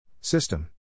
System